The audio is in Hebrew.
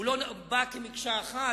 שהוא לא בא במקשה אחת,